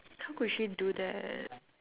how could she do that